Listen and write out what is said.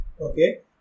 Okay